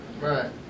Right